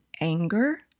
anger